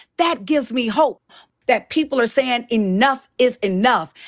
that gives me hope that people are sayin', enough is enough.